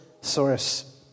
source